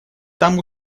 там